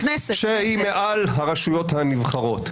שהם מעל הרשויות הנבחרות.